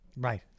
Right